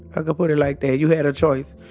ah put it like that. you had a choice.